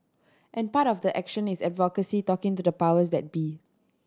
and part of the action is advocacy talking to the powers that be